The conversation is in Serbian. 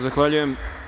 Zahvaljujem.